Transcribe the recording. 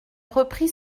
reprit